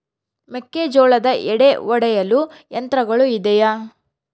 ಮೆಕ್ಕೆಜೋಳದ ಎಡೆ ಒಡೆಯಲು ಯಂತ್ರಗಳು ಇದೆಯೆ?